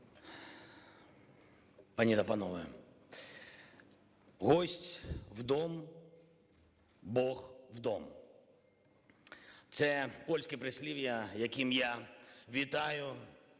Анджей! Пані та панове! Гость в дом – Бог в дом. Це польське прислів'я, яким я вітаю